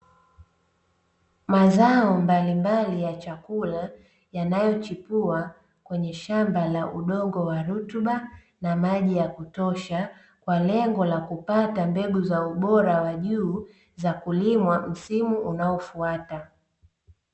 Mazao mbalimbali ya chakula yanayo chipua, kwenye shamba la udongo wa rutuba na maji ya kutosha, kwa lengo lakupata mbegu za ubora wa juu za kulimwa msimu unaofwata.